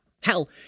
Hell